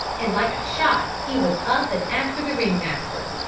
and like a shot he was up and after the ring-master.